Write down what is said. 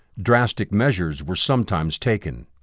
drastic measures were sometimes taken.